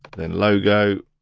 then logo,